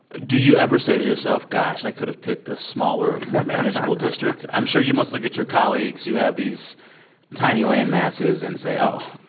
do you ever say to yourself, gosh, i could have picked a smaller, more manageable district. i'm sure you must look at your colleagues who have these tiny landmasses and say, oh,